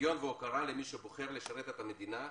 שוויון והוקרה למי שבוחר לשרת את המדינה,